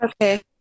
Okay